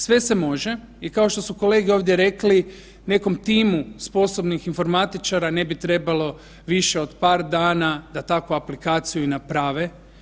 Sve se može i kao što su kolege ovdje rekli, nekom timu sposobnih informatičara ne bi trebalo više od par dana da takvu aplikaciju i naprave.